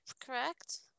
correct